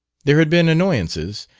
there had been annoyances,